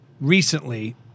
recently